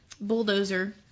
bulldozer